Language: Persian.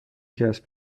کسب